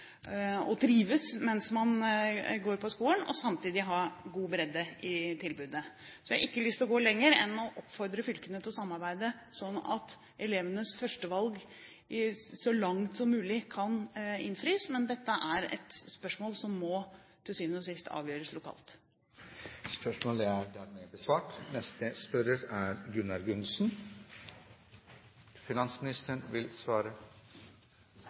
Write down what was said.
trives mens man går på skolen – og samtidig ha god bredde i tilbudene. Jeg har ikke lyst til å gå lenger enn til å oppfordre fylkene til å samarbeide, slik at elevenes førstevalg så langt som mulig kan innfris. Men dette er et spørsmål som til syvende og sist må avgjøres lokalt.